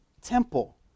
temple